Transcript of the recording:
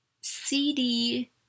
CD